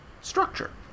structure